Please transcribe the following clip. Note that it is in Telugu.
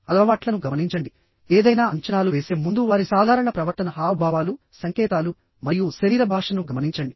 అలవాట్లను గమనించండి ఏదైనా అంచనాలు వేసే ముందు వారి సాధారణ ప్రవర్తన హావభావాలు సంకేతాలు మరియు శరీర భాషను గమనించండి